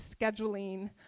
scheduling